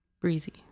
Breezy